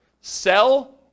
sell